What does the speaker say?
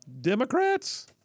Democrats